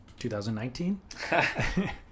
2019